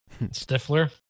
Stifler